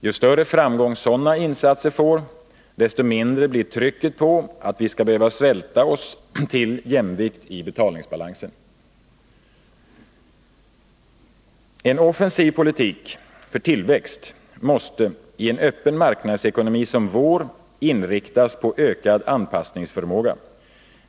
Ju större framgång sådana insatser får, desto mindre blir trycket på att vi skall behöva svälta oss till jämvikt i betalningsbalansen. En offensiv politik för tillväxt måste i en öppen marknadsekonomi som vår inriktas på ökad anpassningsförmåga.